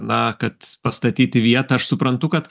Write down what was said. na kad pastatyt į vietą aš suprantu kad